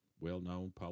well-known